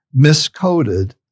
miscoded